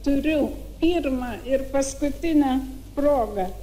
turiu pirmą ir paskutinę progą